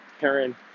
Karen